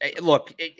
look